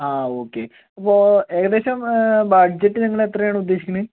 ആ ഓക്കേ ഇപ്പോൾ ഏകദേശം ബഡ്ജെറ്റ് നിങ്ങൾ എത്രയാണ് ഉദ്ദേശിക്കുന്നത്